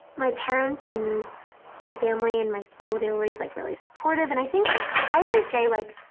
my parents and my family, in my school, they're always like really supportive. and i think but i always say like